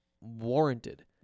warranted